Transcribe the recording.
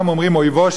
אויבו של אויבי,